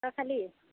তই খালি